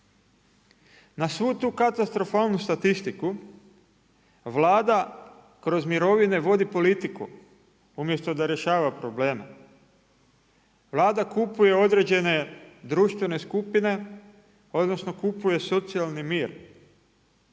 Na svu tu katastrofalnu statistiku Vlada kroz mirovine vodi politiku umjesto da rješava probleme. Vlada kupuje određene društvene skupine, odnosno kupuje socijalni mir.